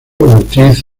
ortiz